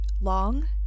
long